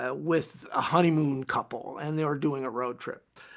ah with a honeymoon couple and they were doing a road trip.